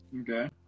Okay